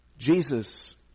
Jesus